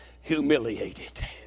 humiliated